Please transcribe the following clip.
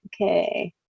okay